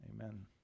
Amen